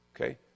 Okay